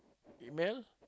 email